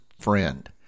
friend